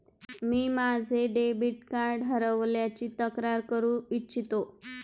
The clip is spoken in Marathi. मी माझे डेबिट कार्ड हरवल्याची तक्रार करू इच्छितो